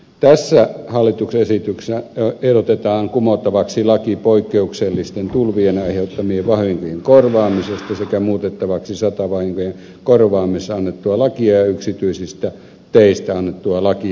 tässä hallituksen esityksessä ehdotetaan kumottavaksi laki poikkeuksellisten tulvien aiheuttamien vahinkojen korvaamisesta sekä muutettavaksi satovahinkojen korvaamisesta annettua lakia ja yksityisistä teistä annettua lakia